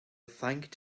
thanked